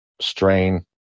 strain